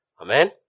Amen